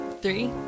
Three